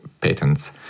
patents